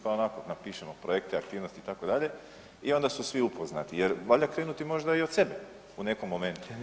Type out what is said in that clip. Pa onako napišemo projekte, aktivnosti itd. i onda su svi upoznati, jer valja krenuti možda i od sebe u nekom momentu.